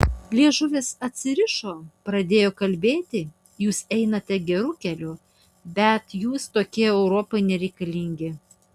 liežuvis atsirišo pradėjo kalbėti jūs einate geru keliu bet jūs tokie europai nereikalingi